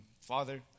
Father